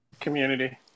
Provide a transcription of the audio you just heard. Community